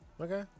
okay